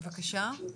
בסדר,